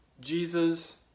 Jesus